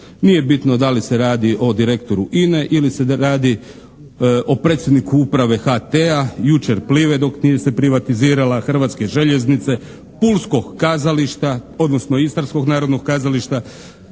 Nije bitno da li se radi o direktoru INA-e ili se radi o predsjedniku uprave HT-a, jučer "Plive" dok nije se privatizirala, Hrvatske željeznice, pulskog kazališta, odnosno istarskog narodnog kazališta,